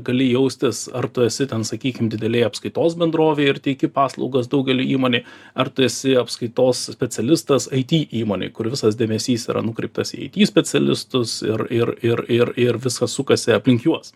gali jaustis ar tu esi ten sakykim didelėj apskaitos bendrovėj ir teiki paslaugas daugeliui įmonė ar tu esi apskaitos specialistas it įmonėj kur visas dėmesys yra nukreiptas į specialistus ir ir ir ir ir viskas sukasi aplink juos